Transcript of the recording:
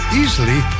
easily